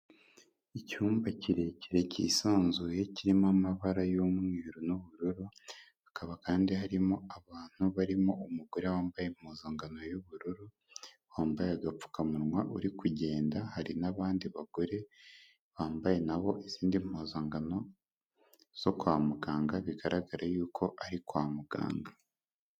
Icyumba kirekire kisanzuye kirimo amabara y'umweru n'ubururu, hakaba kandi harimo abantu barimo umugore wambaye impuzangano y'ubururu, wambaye agapfukamunwa uri kugenda, hari n'abandi bagore bambaye nabo izindi mpuzangano zo kwa muganga bigaraga yuko ari kwa muganga.